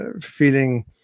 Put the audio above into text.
feeling